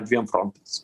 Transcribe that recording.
dviem frontais